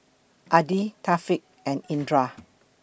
Adi Thaqif and Indra